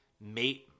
mate